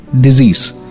Disease